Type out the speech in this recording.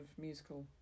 musical